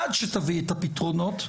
עד שתביא את הפתרונות,